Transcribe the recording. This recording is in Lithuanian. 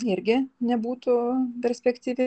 irgi nebūtų perspektyvi